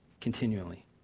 continually